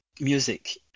music